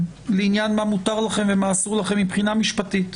לעניין מה מותר לכם ומה אסור לכם מבחינה משפטית.